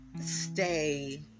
stay